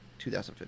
2015